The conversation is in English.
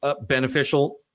beneficial